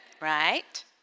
right